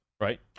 right